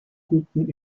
guten